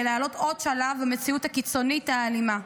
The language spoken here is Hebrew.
לעלות עוד שלב במציאות הקיצונית האלימה,